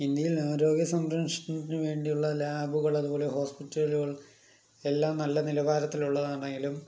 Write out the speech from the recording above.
ഇന്ത്യയിൽ ആരോഗ്യ സംരക്ഷണത്തിനു വേണ്ടിയുള്ള ലാബുകള് അതുപോലെ ഹോസ്പിറ്റലുകൾ എല്ലാം നല്ല നിലവാരത്തിലുള്ളതാണേലും